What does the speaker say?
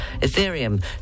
ethereum